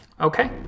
okay